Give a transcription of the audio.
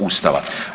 Ustava.